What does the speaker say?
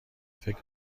فکر